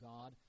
God